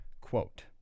Quote